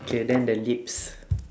K then the lips